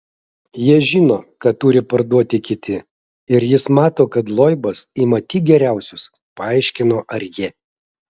jie žino ką turi parduoti kiti ir jis mato kad loibas ima tik geriausius paaiškino arjė